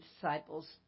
disciples